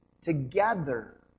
together